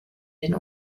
den